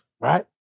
Right